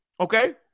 okay